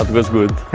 was good!